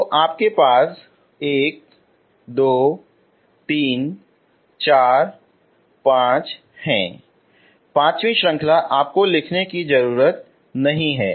तो आपके पास एक दो तीन चार पांचवां है पांचवीं श्रृंखला आपको लिखने की जरूरत नहीं है